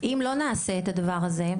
אם לא נעשה את הדבר הזה,